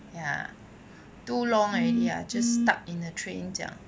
ya too long already ya just stuck in the train 这样